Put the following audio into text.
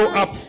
up